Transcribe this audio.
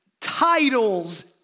titles